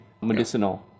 medicinal